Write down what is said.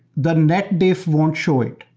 the net diff won't show it,